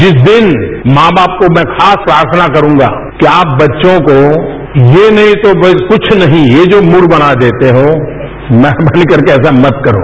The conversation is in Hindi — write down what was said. जिस दिन मां बाप को मैं खास प्रार्थना करूंगा कि आप बच्चों को ये नहीं तो भई क्छ नहीं ये जो मूड बना देते हो मेहरबान करके ऐसा मत करो